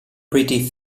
pretty